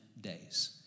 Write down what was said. days